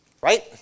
right